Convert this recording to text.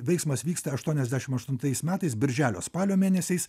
veiksmas vyksta aštuoniasdešimt aštuntais metais birželio spalio mėnesiais